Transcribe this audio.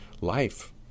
life